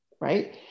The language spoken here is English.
right